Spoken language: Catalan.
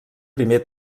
primer